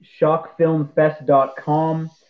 shockfilmfest.com